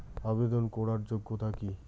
আবেদন করার যোগ্যতা কি?